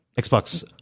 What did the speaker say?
Xbox